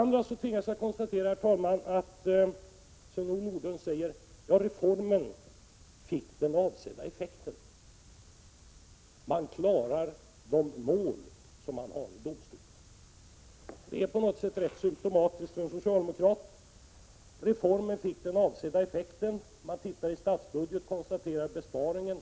Jag tvingas även konstatera, herr talman, att Sven-Olof Nordlund säger att reformen fick den avsedda effekten. Domstolen klarar de mål som den har. Det är på något sätt symtomatiskt för en socialdemokrat att säga att reformen fick den avsedda effekten. Socialdemokraterna tittar i statsbudgeten och konstaterar besparingen.